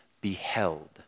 beheld